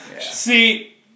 see